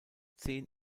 zehn